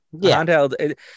handheld